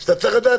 שאת צריך לדעת.